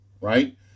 right